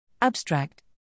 Abstract